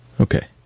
okay